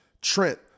trent